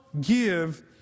give